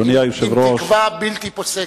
עם תקווה בלתי פוסקת,